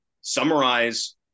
summarize